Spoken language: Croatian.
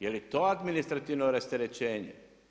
Jer je to administrativno rasterećenje?